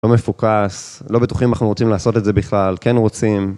לא מפוקס, לא בטוחים אם אנחנו רוצים לעשות את זה בכלל, כן רוצים...